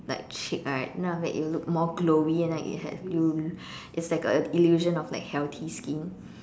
like cheek right and then after that it will look more glowy and like it has you it's like a illusion of like healthy skin